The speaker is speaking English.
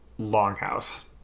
longhouse